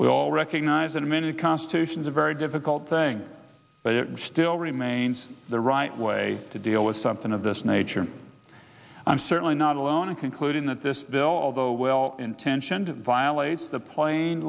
we all recognize that many constitutions a very difficult thing but it still remains the right way to deal with something of this nature i'm certainly not alone in concluding that this bill although well intentioned violates the pla